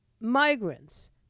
migrants